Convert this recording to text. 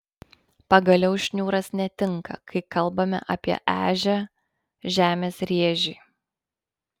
pagaliau šniūras netinka kai kalbame apie ežią žemės rėžį